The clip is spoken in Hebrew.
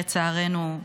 לצערנו,